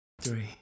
three